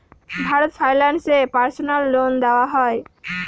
Bharat finance এ personal loan দেওয়া হয়?